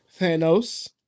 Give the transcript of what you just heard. Thanos